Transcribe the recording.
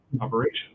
operation